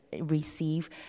receive